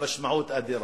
המשמעות אדירה.